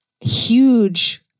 huge